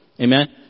Amen